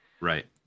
Right